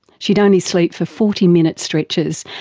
she'd only sleep for forty minute stretches.